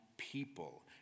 people